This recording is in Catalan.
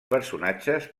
personatges